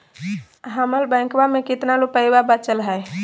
हमर बैंकवा में कितना रूपयवा बचल हई?